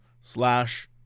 slash